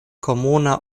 komuna